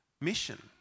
mission